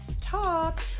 Talk